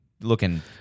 looking